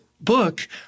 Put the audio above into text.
book